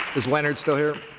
is leonard still here?